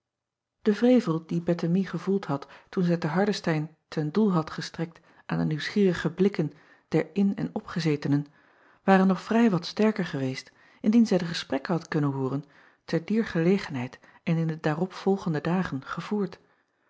e wrevel dien ettemie gevoeld had toen zij te ardestein ten doel had gestrekt aan de nieuwsgierige blikken der in en opgezetenen ware nog vrij wat sterker geweest indien zij de gesprekken had kunnen hooren te dier gelegenheid en in de daarop volgende dagen gevoerd